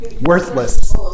Worthless